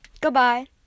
Goodbye